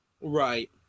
Right